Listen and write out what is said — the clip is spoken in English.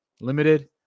limited